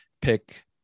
pick